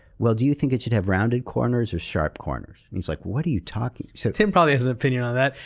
well, do you think it should have rounded corners or sharp corners? and he's like, what are you talking so tim probably has an opinion on that.